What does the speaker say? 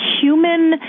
human